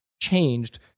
changed